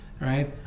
right